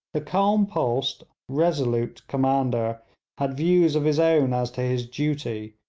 the calm pulsed, resolute commander had views of his own as to his duty,